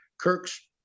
Kirk's